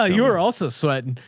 ah you were also sweating.